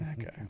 okay